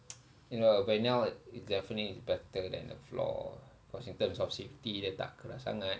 you know by now it it definitely better than the floor cause in terms of safety dia tak keras sangat